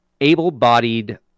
able-bodied